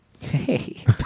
Hey